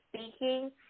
speaking